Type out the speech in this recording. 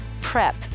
PREP